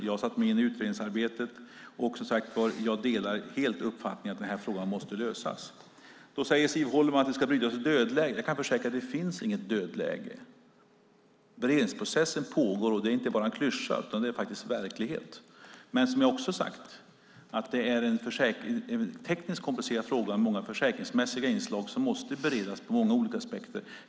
Jag har satt mig in i utredningsarbetet och jag delar helt uppfattningen att frågan måste lösas. Siv Holma säger att dödläget ska brytas. Jag kan försäkra att det inte finns något dödläge. Beredningsprocessen pågår. Det är inte bara en klyscha; det är verklighet. Det är en tekniskt komplicerad fråga med många försäkringsmässiga inslag som måste beredas ur många aspekter.